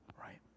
right